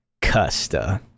Custa